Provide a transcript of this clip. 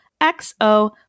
XO